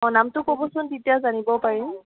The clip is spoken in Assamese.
অঁ নামটো ক'বচোন তেতিয়া জানিব পাৰিম